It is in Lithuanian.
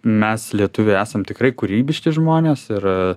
mes lietuviai esam tikrai kūrybiški žmonės ir